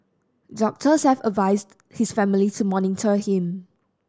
doctors have advised his family to monitor him